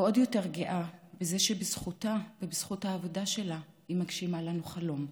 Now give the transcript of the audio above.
ועוד יותר גאה בזה שבזכותה ובזכות העבודה שלה היא מגשימה לנו חלום,